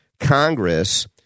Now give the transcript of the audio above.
Congress